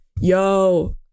Yo